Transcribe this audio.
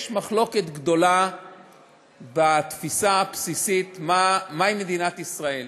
יש מחלוקת גדולה בתפיסה הבסיסית מהי מדינת ישראל,